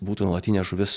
būtų nuolatinė žuvis